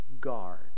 Guard